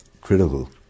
critical